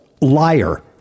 liar